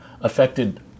affected